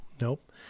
Nope